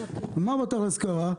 מה בתכלס קרה?